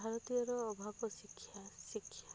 ଭାରତୀୟର ଅଭାବ ଶିକ୍ଷା ଶିକ୍ଷା